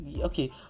okay